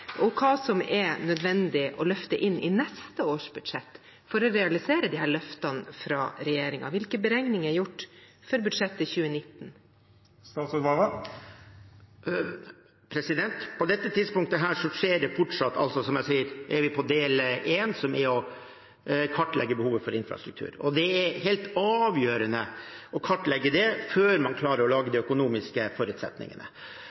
er nødvendig å løfte inn i neste års budsjett for å realisere disse løftene fra regjeringen. Hvilke beregninger er gjort for budsjettet 2019? På dette tidspunktet er vi, som jeg sier, fortsatt på del 1, som er å kartlegge behovet for infrastruktur. Det er helt avgjørende å kartlegge det før man klarer å lage